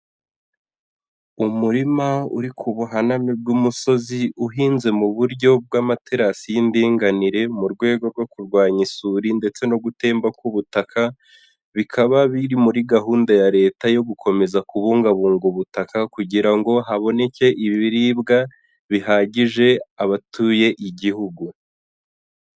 Umurima uri ku buhanami bw'umusozi, uhinze mu buryo bw'amaterasi y'indinganire, mu rwego rwo kurwanya isuri ndetse no gutemba k'ubutaka, bikaba biri muri gahunda ya Leta yo gukomeza kubungabunga ubutaka, kugira ngo haboneke ibiribwa bihagije abatuye Igihugu.